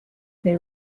they